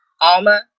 alma